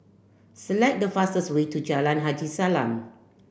select the fastest way to Jalan Haji Salam